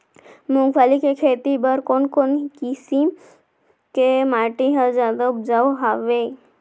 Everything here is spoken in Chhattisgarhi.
मूंगफली के खेती बर कोन कोन किसम के माटी ह जादा उपजाऊ हवये?